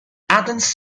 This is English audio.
athens